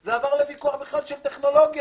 זה עבר לוויכוח בכלל של טכנולוגיה,